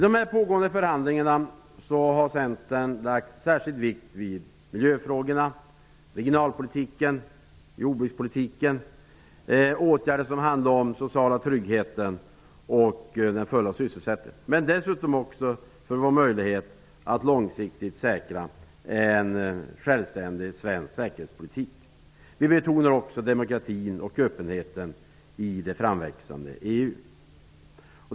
Det som Centern lägger särskild vikt vid i de pågående förhandlingarna är miljöfrågorna, regionalpolitiken, jordbrukspolitiken, åtgärder som handlar om den sociala tryggheten och full sysselsättning och dessutom våra möjligheter att långsiktigt säkra en självständig svensk säkerhetspolitik. Vi betonar också demokratin och öppenheten i det framväxande EU.